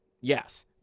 Yes